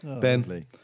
Ben